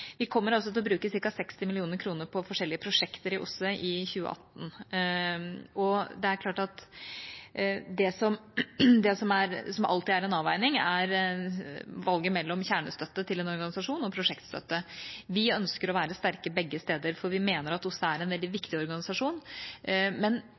vi kommer altså til å bruke ca. 60 mill. kr på forskjellige prosjekter i OSSE i 2018. Det som alltid er en avveining, er valget mellom kjernestøtte til en organisasjon og prosjektstøtte. Vi ønsker å være sterke begge steder, for vi mener at OSSE er en veldig viktig organisasjon. Men